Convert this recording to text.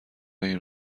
این